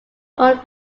owned